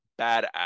badass